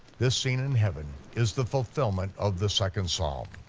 this scene in heaven is the fulfillment of the second psalm.